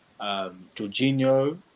Jorginho